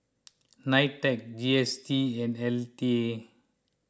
Nitec G S T and L T A